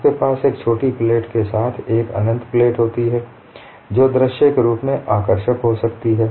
आपके पास एक छोटी प्लेट के साथ एक अनंत प्लेट होती है जो दृश्य रूप से आकर्षक हो सकती है